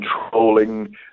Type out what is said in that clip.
controlling